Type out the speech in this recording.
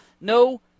no